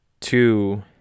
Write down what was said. two